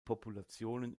populationen